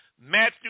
Matthew